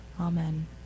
Amen